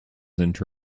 into